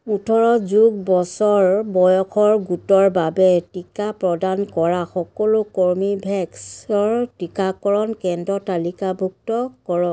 ওঠৰ যোগ বছৰ বয়সৰ গোটৰ বাবে টিকা প্ৰদান কৰা সকলো কৰ্মীভেক্সৰ টিকাকৰণ কেন্দ্ৰ তালিকাভুক্ত কৰক